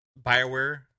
Bioware